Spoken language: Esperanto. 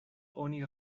oni